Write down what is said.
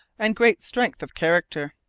and great strength of character.